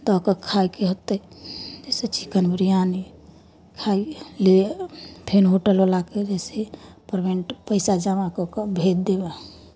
आ कऽ खायके होतै जैसे चिकेन बिरियानी खाइ लिए फेन होटलवलाकेँ जैसे पेरमेन्ट पैसा जमा कऽ कऽ भेज देब हम